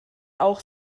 auch